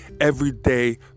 Everyday